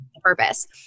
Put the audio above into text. purpose